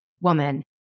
woman